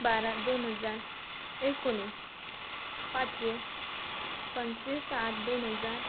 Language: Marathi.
बारा दोन हजार एकोणीस पाचवी पंचवीस आठ दोन हजार